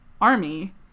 army